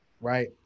right